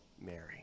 Mary